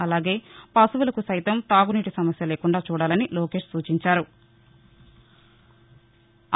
అలాగే పశువులకు సైతం తాగునీటి సమస్య లేకుండా చూడాలని లోకేశ్ సూచించారు